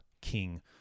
King